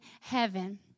heaven